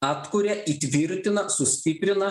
atkuria įtvirtina sustiprina